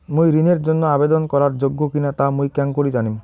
মুই ঋণের জন্য আবেদন করার যোগ্য কিনা তা মুই কেঙকরি জানিম?